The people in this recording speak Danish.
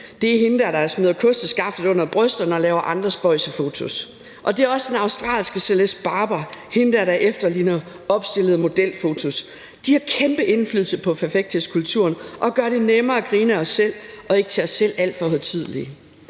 Det er hende, der smider kosteskaftet under brysterne og laver andre spøjse fotos. Det er også den australske Celeste Barber – hende dér, der efterligner opstillede modelfotos. De har kæmpe indflydelse på perfekthedskulturen og gør det nemmere at grine af os selv og ikke tage os selv alt for højtideligt.